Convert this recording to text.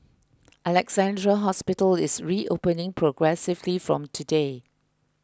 Alexandra Hospital is reopening progressively from today